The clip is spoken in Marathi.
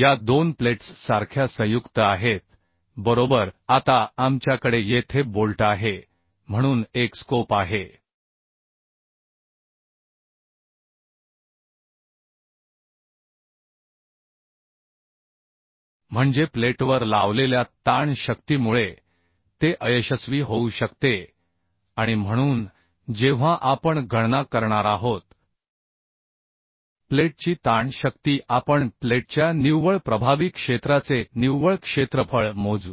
या दोन प्लेट्स सारख्या संयुक्त आहेत बरोबर आता आपल्याकडे येथे बोल्ट आहे म्हणून एक स्कोप आहे म्हणजे प्लेटवर लावलेल्या ताण शक्तीमुळे ते अयशस्वी होऊ शकते आणि म्हणून जेव्हा आपण गणना करणार आहोत प्लेटची ताण शक्ती आपण प्लेटच्या निव्वळ प्रभावी क्षेत्राचे निव्वळ क्षेत्रफळ मोजू